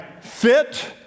fit